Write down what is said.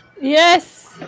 Yes